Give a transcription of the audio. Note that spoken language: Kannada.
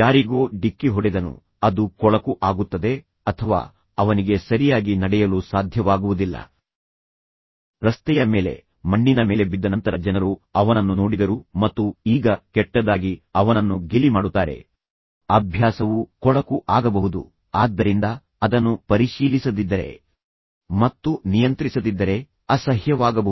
ಯಾರಿಗೋ ಡಿಕ್ಕಿ ಹೊಡೆದನು ಅದು ಕೊಳಕು ಆಗುತ್ತದೆ ಅಥವಾ ಅವನಿಗೆ ಸರಿಯಾಗಿ ನಡೆಯಲು ಸಾಧ್ಯವಾಗುವುದಿಲ್ಲ ರಸ್ತೆಯ ಮೇಲೆ ಮಣ್ಣಿನ ಮೇಲೆ ಬಿದ್ದ ನಂತರ ಜನರು ಅವನನ್ನು ನೋಡಿದರು ಮತ್ತು ಈಗ ಕೆಟ್ಟದಾಗಿ ಅವನನ್ನು ಗೇಲಿ ಮಾಡುತ್ತಾರೆ ಅಭ್ಯಾಸವು ಕೊಳಕು ಆಗಬಹುದು ಆದ್ದರಿಂದ ಅದನ್ನು ಪರಿಶೀಲಿಸದಿದ್ದರೆ ಮತ್ತು ನಿಯಂತ್ರಿಸದಿದ್ದರೆ ವಿಪರೀತ ಪರಿಸ್ಥಿತಿಗೆ ಹೋಗಲು ಅನುಮತಿಸಿದರೆ ಅಸಹ್ಯವಾಗಬಹುದು